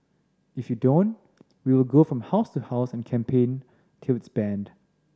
if you don't we will go from house to house and campaign till it is banned